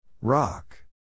Rock